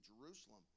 Jerusalem